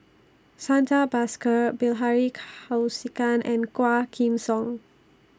Santha Bhaskar Bilahari Kausikan and Quah Kim Song